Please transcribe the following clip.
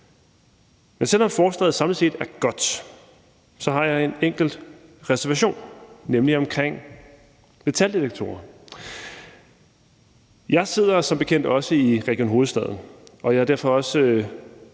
Men selv om forslaget samlet set er godt, har jeg en enkelt reservation, nemlig omkring metaldetektorer. Jeg sidder som bekendt også i Region Hovedstaden, og jeg er derfor også